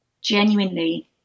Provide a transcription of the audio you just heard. genuinely